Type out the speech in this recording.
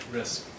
risk